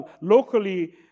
locally